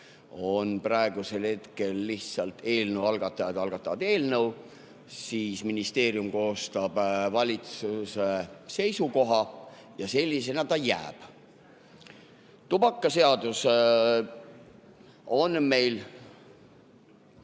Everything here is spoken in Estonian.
Praegusel hetkel lihtsalt on nii, et eelnõu algatajad algatavad eelnõu, siis ministeerium koostab valitsuse seisukoha ja sellisena ta jääb. Tubakaseadus on meil